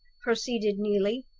proceeded neelie,